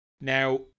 Now